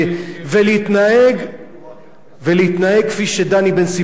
ולהתנהג כפי שדני בן-סימון אמר,